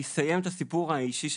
אני אסיים את הסיפור האישי שלי,